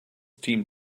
team